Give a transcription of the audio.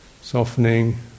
softening